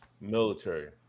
military